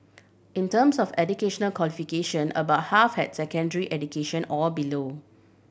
in terms of educational qualification about half had secondary education or below